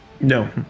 No